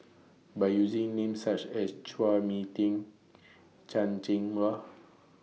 By using Names such as Chua Mia Tee Chan Cheng Wah